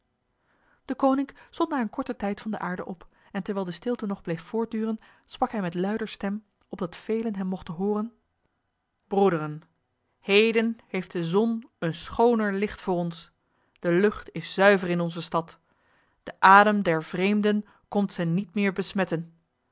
deconinck stond na een korte tijd van de aarde op en terwijl de stilte nog bleef voortduren sprak hij met luider stem opdat velen hem mochten horen broederen heden heeft de zon een schoner licht voor ons de lucht is zuiver in onze stad de adem der vreemden komt ze niet meer besmetten